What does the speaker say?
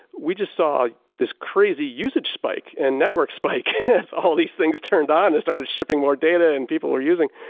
we just saw this crazy usage spike and network spike as all of these things turned on. it started shipping more data and people were using.